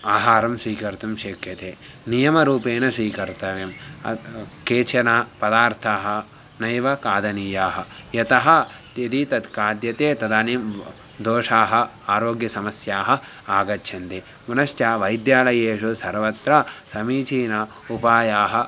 आहारं स्वीकर्तुं शक्यते नियमरूपेण स्वीकर्तव्यं केचन पदार्थाः नैव खादनीयाः यतः तत् यदि तत् खाद्यते तदानीं दोषाः आरोग्यसमस्याः आगच्छन्ति पुनश्च वैद्यालयेषु सर्वत्र समीचीन उपायाः